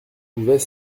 pouvait